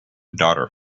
daughter